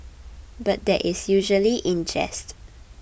but that is usually in jest